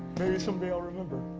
someday i'll remember.